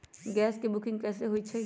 Gas के booking कैसे होईछई?